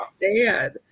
dad